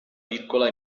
piccola